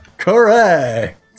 Correct